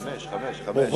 אז, חמש, חמש, חמש.